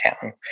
town